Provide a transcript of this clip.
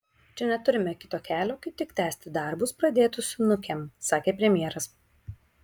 čia neturime kito kelio kaip tik tęsti darbus pradėtus su nukem sakė premjeras